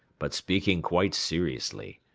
but speaking quite seriously.